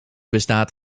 bestaat